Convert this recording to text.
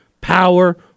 power